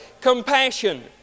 Compassion